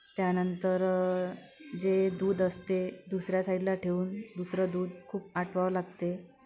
त्यानंतर जे दूध असते दुसऱ्या साईडला ठेवून दुसरं दूध खूप आटवावं लागते